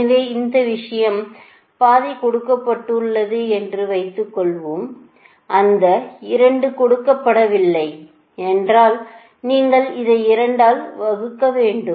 எனவே இந்த விஷயம் பாதி கொடுக்கப்பட்டுள்ளது என்று வைத்துக்கொள்வோம் அந்த 2 கொடுக்கப்படவில்லை என்றால் நீங்கள் அதை 2 ஆல் வகுக்க வேண்டும்